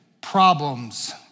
problems